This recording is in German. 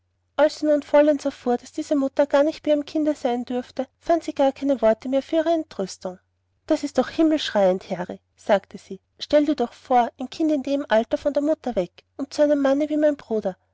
sie nun vollends erfuhr daß diese mutter gar nicht bei ihrem kinde sein durfte fand sie gar keine worte mehr für ihre entrüstung das ist doch himmelschreiend harry sagte sie stell dir doch vor ein kind in dem alter von der mutter weg und zu einem manne wie mein bruder